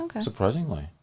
surprisingly